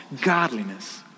Godliness